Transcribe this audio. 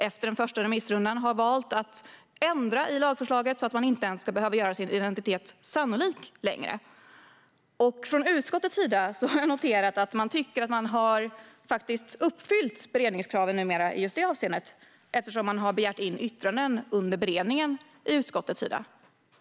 Efter den första remissrundan har man valt att ändra i lagförslaget så att de personer det gäller inte ens ska behöva göra sin identitet sannolik längre. Jag har noterat att man från utskottets sida tycker att man faktiskt har uppfyllt beredningskraven i det avseendet eftersom man från utskottet har begärt in yttranden under beredningen av ärendet.